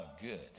Good